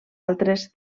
altres